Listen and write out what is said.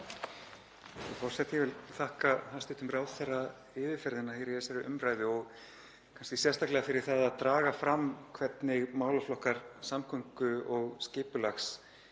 Frú forseti. Ég vil þakka hæstv. ráðherra yfirferðina í þessari umræðu og kannski sérstaklega fyrir það að draga fram hve málaflokkar samgöngu og skipulags